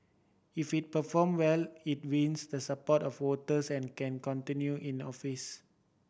if it perform well it wins the support of voters and can continue in office